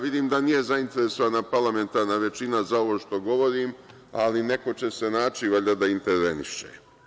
Vidim da nije zainteresovana parlamentarna većina za ovo što govorim, ali neko će se naći valjda da interveniše.